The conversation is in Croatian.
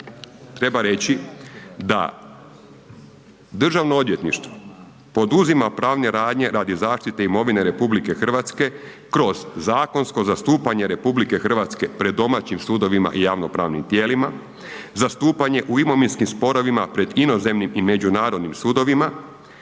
treba reći da državno odvjetništvo poduzima pravne radnje radi zaštite imovine RH kroz zakonsko zastupanje RH pred domaćim sudovima i javnopravnim tijelima, zastupanje u imovinskim sporovima pred inozemnim i međunarodnim sudovima